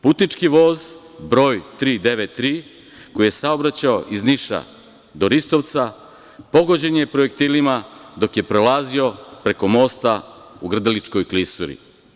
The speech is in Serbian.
Putnički voz broj 393, koji je saobraćao iz Niša do Ristovca, pogođen je projektilima dok je prelazio preko mosta u Grdeličkoj klisuri.